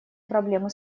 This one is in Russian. проблемы